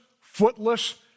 footless